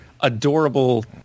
adorable